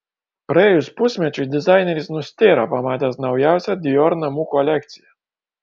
praėjus pusmečiui dizaineris nustėro pamatęs naujausią dior namų kolekciją